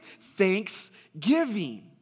thanksgiving